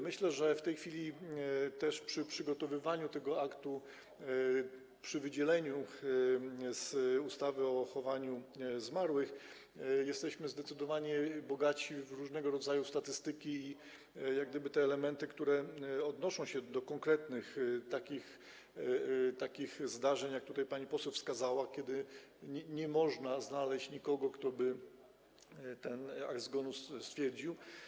Myślę, że w tej chwili też przy przygotowywaniu tego aktu, przy wydzieleniu z ustawy o chowaniu zmarłych jesteśmy zdecydowanie bogatsi w różnego rodzaju statystyki i jak gdyby te elementy, które odnoszą się do takich konkretnych zdarzeń, jak tutaj pani poseł wskazała, kiedy nie można znaleźć nikogo, kto by ten akt zgonu stwierdził.